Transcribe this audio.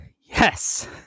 Yes